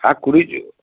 হ্যাঁ কুড়ি দিও